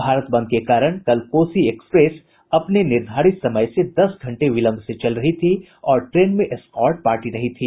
भारत बंद के कारण कल कोसी एक्सप्रेस अपने निर्धारित समय से दस घंटे विलंब से चल रही थी और ट्रेन में एस्कार्ट पार्टी नहीं थी